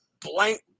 blank